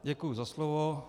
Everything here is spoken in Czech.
Děkuji za slovo.